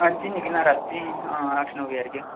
अज्ज ही निकलना रातीं हां अट्ठ नौ बजे हारी